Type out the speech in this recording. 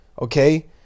okay